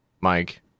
Mike